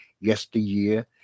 yesteryear